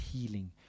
healing